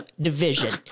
division